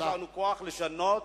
יש לנו כוח לשנות.